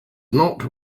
not